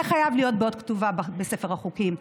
זה חייב להיות באות כתובה בספר החוקים,